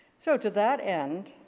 so to that end,